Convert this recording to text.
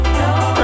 no